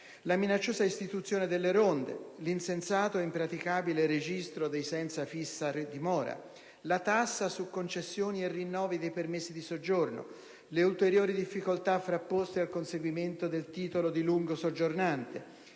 la minacciosa istituzione delle ronde; l'insensato ed impraticabile registro dei senza fissa dimora; la tassa su concessioni e rinnovi dei permessi di soggiorno; le ulteriori difficoltà frapposte al conseguimento del titolo di lungo soggiornante;